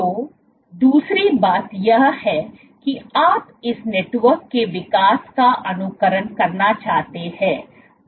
तो दूसरी बात यह है कि आप इस नेटवर्क के विकास का अनुकरण करना चाहते हैं